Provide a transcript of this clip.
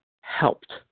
helped